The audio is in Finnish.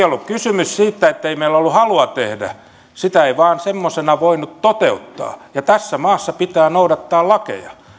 ollut kysymys siitä ettei meillä ollut halua tehdä sitä ei vain semmoisena voinut toteuttaa ja tässä maassa pitää noudattaa lakeja